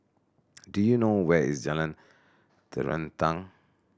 do you know where is Jalan Terentang